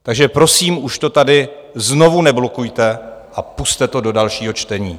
Takže, prosím, už to tady znovu neblokujte a pusťte to do dalšího čtení.